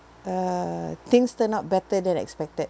uh things turn out better than expected